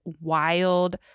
wild